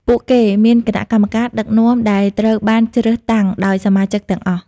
ពួកគេមានគណៈកម្មការដឹកនាំដែលត្រូវបានជ្រើសតាំងដោយសមាជិកទាំងអស់។